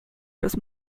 los